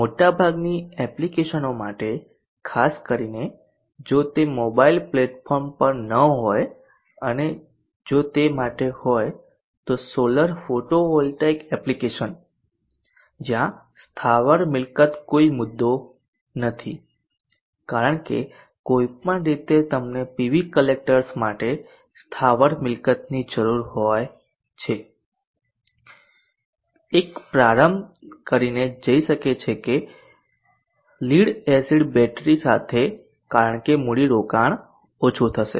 મોટાભાગની એપ્લિકેશનો માટે ખાસ કરીને જો તે મોબાઇલ પ્લેટફોર્મ પર ન હોય અને જો તે માટે હોય તો સોલર ફોટોવોલ્ટેઇક એપ્લિકેશન જ્યાં સ્થાવર મિલકત કોઈ મુદ્દો નથી કારણ કે કોઈ પણ રીતે તમને પીવી કલેક્ટર્સ માટે સ્થાવર મિલકતની જરૂર હોય છે એક પ્રારંભ કરીને જઈ શકે છે લીડ એસિડ બેટરી સાથે કારણ કે મૂડી રોકાણ ઓછું થશે